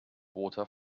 water